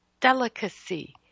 delicacy